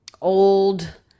old